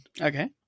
okay